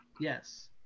Yes